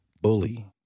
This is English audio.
BULLY